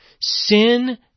Sin